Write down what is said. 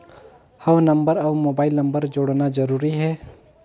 हव नंबर अउ mobile number जोड़ना जरूरी हे?